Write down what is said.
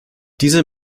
diese